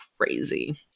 crazy